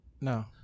No